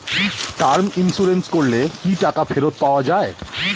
Term insurance করলে কি টাকা ফেরত পাওয়া যায়?